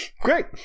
Great